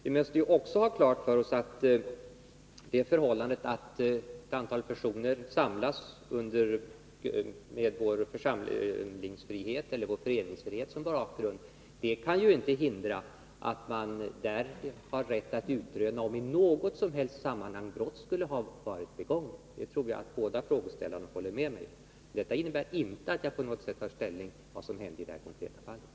Vi måste också ha klart för oss att det förhållandet att ett antal personer samlas med vår föreningsfrihet som bakgrund inte kan hindra att man har rätt att utröna om i något som helst sammanhang brott skulle ha varit begånget. Det tror jag att båda frågeställarna håller med mig om. Detta innebär inte att jag på något sätt tar ställning till vad som hänt i det här konkreta fallet.